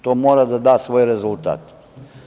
To mora da da svoj rezultat.